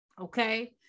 Okay